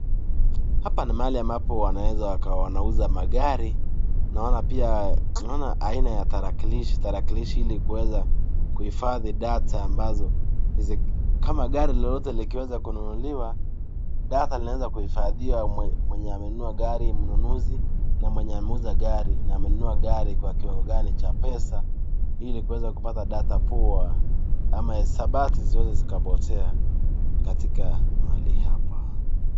Hapa ni mahali ambapo wanaeza kuwa wanauza magari. Naona pia aina ya tarakilishi , tarakilishi hili kuweza kuifadhi data ambazo , kama gari lolote likiweza kununuliwa , data linaweza kuifadhiwa mwenye ameweza kununua gari , mnunuzi na mwenye ameuza gari kwa kiwango Gani Cha pesa hili kuweza kupata data poa ama hesabati zote zikapotea katika mahali hapa.